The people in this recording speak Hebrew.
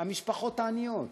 המשפחות העניות,